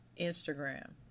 Instagram